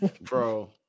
bro